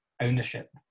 ownership